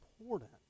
important